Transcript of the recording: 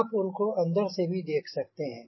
आप उनको अंदर से भी देख सकते हैं